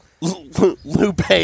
Lupe